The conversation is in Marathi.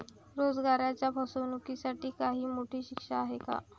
रोजगाराच्या फसवणुकीसाठी काही मोठी शिक्षा आहे का?